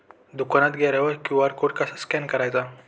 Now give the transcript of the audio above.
दुकानात गेल्यावर QR code कसा स्कॅन करायचा?